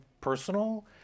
personal